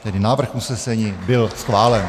Tedy návrh usnesení byl schválen.